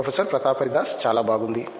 professor Pratap Haridas చాలా బాగుంది